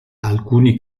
alcuni